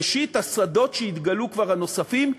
ראשית, השדות הנוספים שהתגלו,